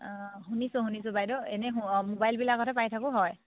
অঁ শুনিছোঁ শুনিছো বাইদেউ এনেই মোবাইলবিলাকতে পাই থাকোঁ হয়